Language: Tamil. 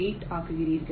8 ஆக்குகிறீர்கள்